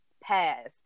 past